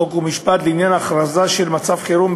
חוק ומשפט לעניין הכרזה של מצב חירום,